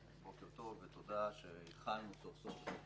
בוקר טוב ותודה שהתחלנו סוף סוף את הדיון.